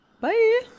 Bye